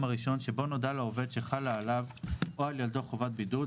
הראשון שבו נודע לעובד שחלה עליו או על ילדו חובת בידוד,